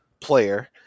player